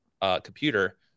computer